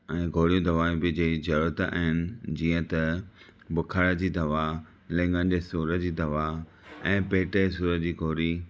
ऐं गोरीयूं दवाउं बि जेहिड़ी ज़रुरत आहिनि जीअं त बुखार जी दवा लिंङनि जे सूर जी दवा ऐं पेट जे सूर जी गोरी